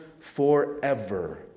forever